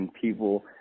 people